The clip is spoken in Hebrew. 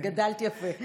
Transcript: גדלת יפה.